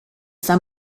some